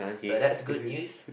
so that's good news